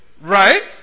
Right